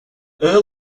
earl